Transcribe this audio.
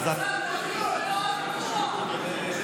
זה לא הוויכוח, דוד, השר דוד.